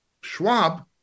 Schwab